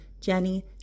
Jenny